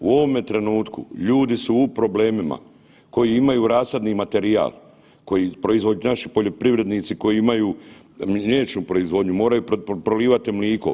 U ovome trenutku ljudi su u problemima koji imaju rasadni materijal, koji naši poljoprivrednici koji imaju mliječnu proizvodnju, moraju prolivati mliko.